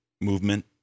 movement